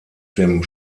dem